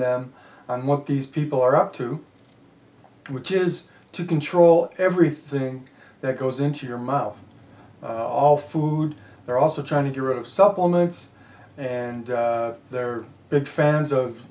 them on what these people are up to which is to control everything that goes into your mouth all food they're also trying to get rid of supplements and they're big fans of